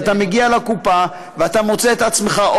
שאתה מגיע לקופה ואתה מוצא את עצמך או